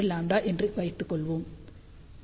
01λ என்று வைத்துக்கொள்வோம் நினைக்கிறேன்